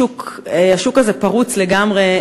השוק הזה פרוץ לגמרי,